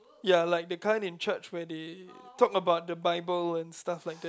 ya like the kind in church where they talk about the Bible and stuff like that